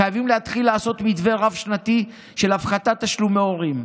חייבים להתחיל לעשות מתווה רב-שנתי של הפחתת תשלומי הורים.